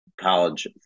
college